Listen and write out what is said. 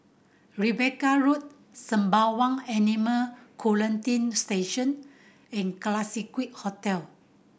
Rebecca Road Sembawang Animal Quarantine Station and Classique Hotel